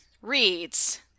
reads